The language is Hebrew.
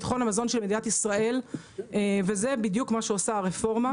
ביטחון המזון של מדינת ישראל וזה בדיוק מה שעושה הרפורמה.